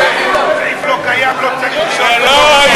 אטיאס,